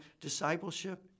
discipleship